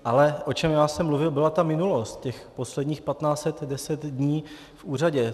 Ale o čem jsem mluvil, byla ta minulost, těch posledních 15 let a 10 dní v úřadě.